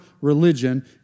religion